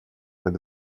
под